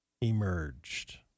emerged